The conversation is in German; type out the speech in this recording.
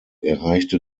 erreichte